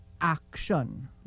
action